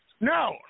No